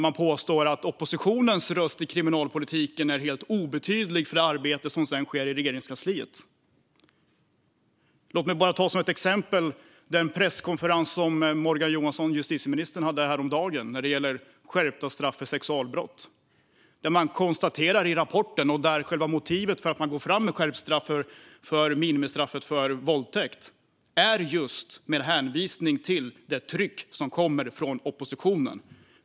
Man påstår att oppositionens röster i kriminalpolitiken är helt obetydliga för det arbete som sker i Regeringskansliet. Låt mig ta som ett exempel den presskonferens som justitieminister Morgan Johansson höll häromdagen när det gäller skärpta straff för sexualbrott. I rapporten framkommer att motivet till skärpt minimistraff för våldtäkt är just det tryck som kommer från oppositionen.